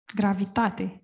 gravitate